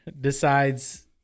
decides